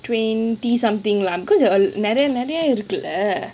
twenty something lah because நெறய நெறைய இருக்கு:neraya neraya irukku lah